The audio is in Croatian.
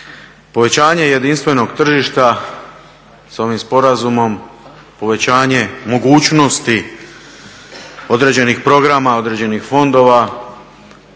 Povećanje jedinstvenog tržišta s ovim sporazumom, povećanje mogućnosti određenih programa, određenih fondova,